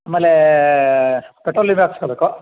ಆಮೇಲೆ ಪೆಟ್ರೋಲ್ ನೀವೇ ಹಾಕ್ಸ್ಕೊಬೇಕು